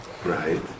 Right